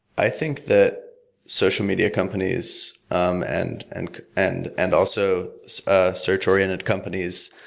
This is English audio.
i think that social media companies um and and and and also so ah search-oriented companies